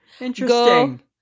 Interesting